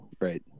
Right